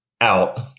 out